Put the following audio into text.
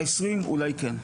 וה-20 אולי כן.